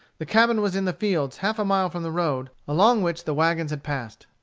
the cabin was in the fields, half a mile from the road along which the wagons had passed.